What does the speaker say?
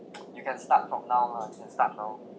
you can start from now lah you can start now